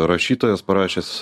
rašytojas parašęs